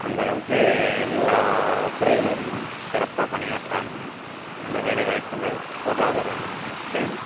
அந்த அளவுக்கு எல்லா துறையிலேயும் சிறப்பாக பணியாற்கிறாங்க நல்ல வேலைவாய்ப்புகள் பொருளாதாரத்துலேயும்